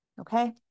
Okay